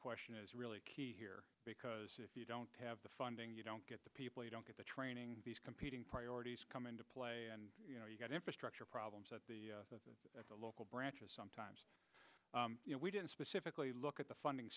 question is really key here because if you don't have the funding you don't get the people you don't get the training these competing priorities come into play and you know you've got infrastructure problems at the local branches sometimes you know we didn't specifically look at the funding